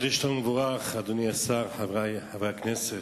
חודש טוב ומבורך, אדוני השר, חברי חברי הכנסת.